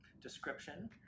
description